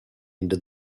into